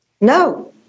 No